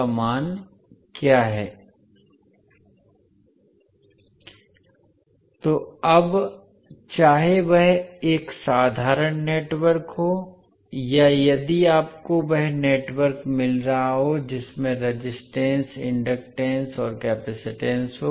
का मान है तो अब चाहे वह एक साधारण नेटवर्क हो या यदि आपको वह नेटवर्क मिल रहा हो जिसमें रेजिस्टेंस इंडक्टंस और केपेसिटंस हो